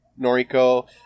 Noriko